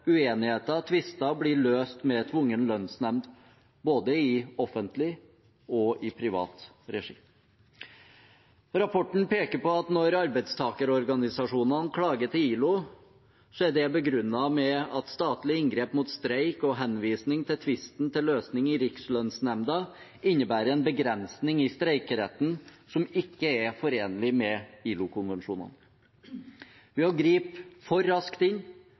uenigheter og tvister blir løst med tvungen lønnsnemnd, både i offentlig og i privat regi. Rapporten peker på at når arbeidstakerorganisasjonene klager til ILO, er det begrunnet med at statlige inngrep mot streik og henvisning av tvisten til løsning i Rikslønnsnemnda innebærer en begrensning i streikeretten som ikke er forenlig med ILO-konvensjonen. Ved å gripe for raskt inn